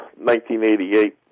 1988